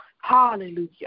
Hallelujah